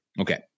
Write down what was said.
Okay